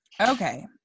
Okay